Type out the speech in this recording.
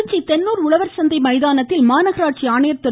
திருச்சி தென்னூர் உழவர் சந்தை மைதானத்தில் மாநகராட்சி ஆணையர் திரு